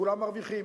כולם מרוויחים.